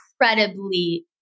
Incredibly